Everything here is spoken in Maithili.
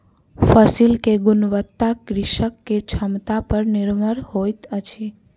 फसिल के गुणवत्ता कृषक के क्षमता पर निर्भर होइत अछि